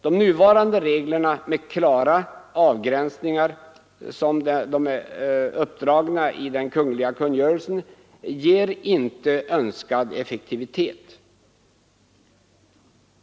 De nuvarande reglerna med klara avgränsningar ger, såsom de nu är uppdragna i den kungl. kungörelsen, inte önskad effektivitet.